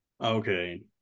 Okay